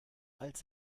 als